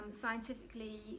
Scientifically